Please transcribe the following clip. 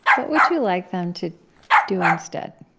what would you like them to do instead?